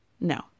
No